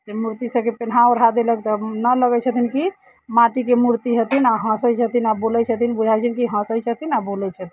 जे मूर्तिसभके पिन्हा ओढ़ा देलक तऽ न लगैत छथिन कि माटिके मूर्ति हेतिन आ हँसैत छथिन आ बोलैत छथिन बुझाइत छै कि हँसैत छथिन आ बोलैत छथिन